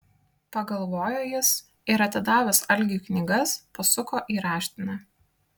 pagalvojo jis ir atidavęs algiui knygas pasuko į raštinę